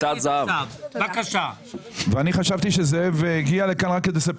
אני חשבתי שזאב הגיע לכאן רק כדי לספר